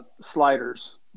sliders